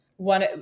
one